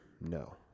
No